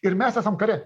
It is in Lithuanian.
ir mes esam kare